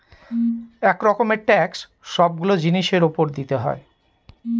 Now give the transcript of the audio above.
এক রকমের ট্যাক্স সবগুলো জিনিসের উপর দিতে হয়